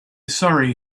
sorry